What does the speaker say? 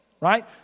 right